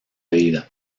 vida